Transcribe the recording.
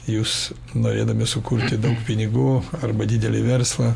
jūs norėdami sukurti daug pinigų arba didelį verslą